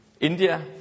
India